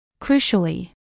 Crucially